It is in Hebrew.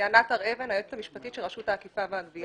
אני היועצת המשפטית של רשות האכיפה והגבייה.